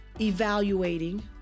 evaluating